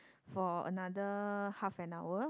for another half an hour